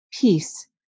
peace